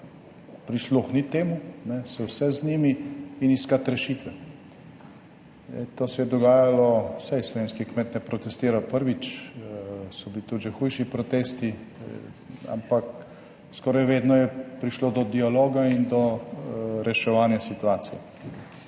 prisluhniti temu, se usesti z njimi in iskati rešitve. To se je dogajalo, saj slovenski kmet ne protestira prvič. So bili tudi že hujši protesti, ampak skoraj vedno je prišlo do dialoga in do reševanja situacije.